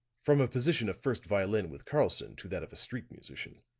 from a position of first violin with karlson to that of a street musician.